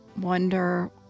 wonder